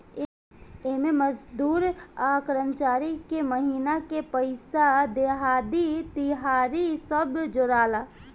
एमे मजदूर आ कर्मचारी के महिना के पइसा, देहाड़ी, तिहारी सब जोड़ाला